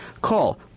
Call